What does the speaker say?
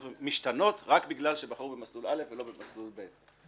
משתנות רק בגלל שבחרו במסלול א' ולא במסלול ב'.